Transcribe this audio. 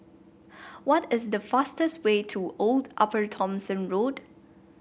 what is the fastest way to Old Upper Thomson Road